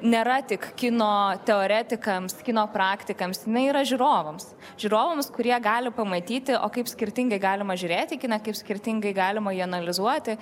nėra tik kino teoretikams kino praktikams jinai yra žiūrovams žiūrovams kurie gali pamatyti o kaip skirtingai galima žiūrėti kiną kaip skirtingai galima jį analizuoti